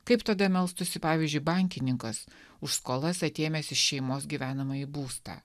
kaip tada melstųsi pavyzdžiui bankininkas už skolas atėmęs iš šeimos gyvenamąjį būstą